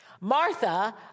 Martha